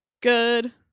good